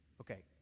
okay